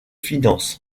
finances